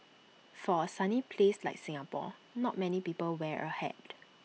for A sunny place like Singapore not many people wear A hat